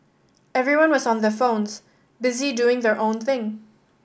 everyone was on their phones busy doing their own thing